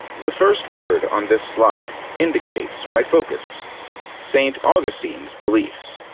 the first word on this slide indicates my focus st. augustine's beliefs.